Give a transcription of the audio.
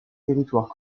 territoires